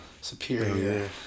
superior